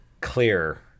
clear